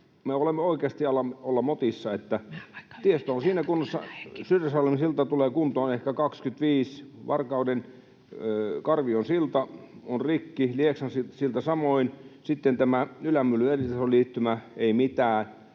alamme olla motissa, tiestö on siinä kunnossa. Syrjäsalmen silta tulee kuntoon ehkä vuonna 25, Varkauden Karvion silta on rikki, Lieksan silta samoin. Sitten tämä Ylämyllyn eritasoliittymä, ei mitään.